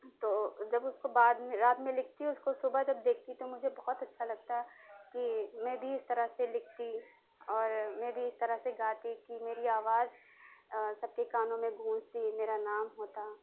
تو جب اس کو بعد میں رات میں لکھتی اس کو صبح جب دیکھتی تو مجھے بہت اچھا لگتا کہ میں بھی اس طرح سے لکھتی اور میں بھی اس طرح سے گاتی کہ میری آواز سب کے کانوں میں گونجتی میرا نام ہوتا